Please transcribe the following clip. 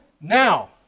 Now